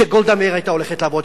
שגולדה מאיר היתה הולכת לעבוד,